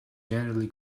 generally